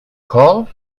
call